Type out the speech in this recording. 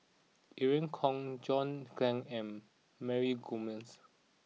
Irene Khong John Clang and Mary Gomes